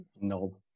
No